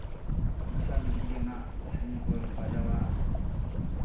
ᱩᱛᱥᱟᱦᱚ ᱞᱟᱹᱜᱤᱫ ᱜᱮ ᱚᱱᱟ ᱥᱟᱭᱨᱮᱱ ᱠᱚ ᱵᱟᱡᱟᱣᱟ